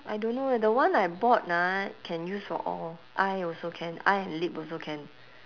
I don't know eh the one I bought ah can use for all eye also can eye and lip also can